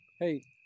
Hey